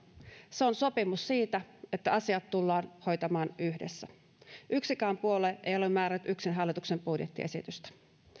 se on sopimus siitä että asiat tullaan hoitamaan yhdessä yksikään puolue ei ole määrännyt yksin hallituksen budjettiesitystä